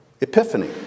epiphany